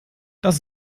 das